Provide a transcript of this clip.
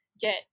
get